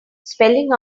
spelling